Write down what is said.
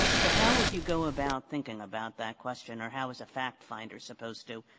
so how would you go about thinking about that question, or how is a fact-finder supposed to,